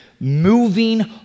moving